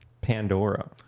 pandora